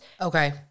Okay